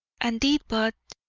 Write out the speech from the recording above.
and did, but